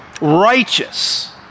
righteous